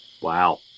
wow